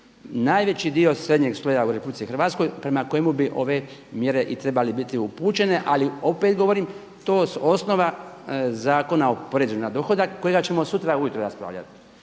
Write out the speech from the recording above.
najveći dio srednjeg sloja u RH prema kojemu bi ove mjere i trebale biti upućene. Ali opet govorim to s osnova Zakona o porezu na dohodak kojega ćemo sutra ujutro raspravljati.